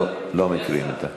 לא מקריאים אותה.